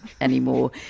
Anymore